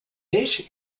eix